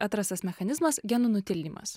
atrastas mechanizmas genų nutildymas